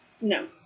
no